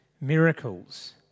miracles